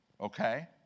Okay